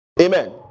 Amen